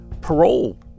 parole